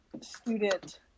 Student